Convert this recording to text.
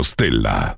Stella